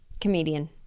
comedian